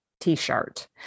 t-shirt